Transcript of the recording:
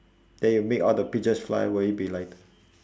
then you make all the pigeons fly will it be lighter